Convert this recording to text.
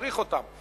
צריך אותם.